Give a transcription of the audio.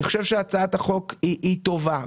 אני חושב שהצעת החוק היא טובה.